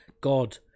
God